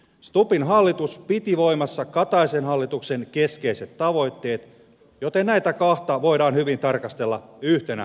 stubbin hallitus piti voimassa kataisen hallituksen keskeiset tavoitteet joten näitä kahta voidaan hyvin tarkastella yhtenä hallituksena